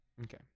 Okay